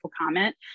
comment